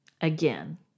Again